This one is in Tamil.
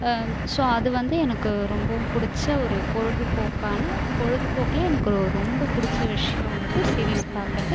ஸோ அது வந்து எனக்கு ரொம்பவும் பிடிச்ச ஒரு பொழுதுபோக்கான பொழுதுபோக்கில் எனக்கு ஒரு ரொம்ப பிடிச்ச விஷயங்கிறது சீரிஸ் பார்க்கிறது